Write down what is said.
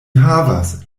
havas